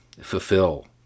fulfill